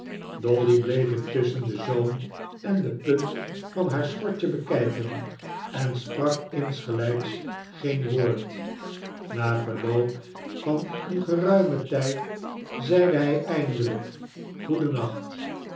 dolly bleef intusschen den zoom en de punt van haar schortje bekijken en sprak insgelijks geen woord na verloop van een geruimen tijd zeide hij eindelijk